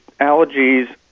allergies